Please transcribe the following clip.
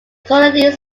colonies